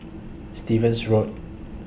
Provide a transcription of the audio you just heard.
Stevens Road